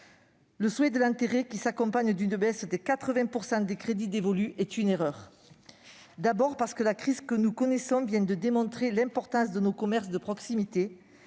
Le souhait de l'enterrer, qui s'accompagne d'une baisse de 80 % des crédits qui lui sont dévolus, est une erreur, d'abord parce que la crise que nous connaissons vient de démontrer l'importance de nos commerces de proximité,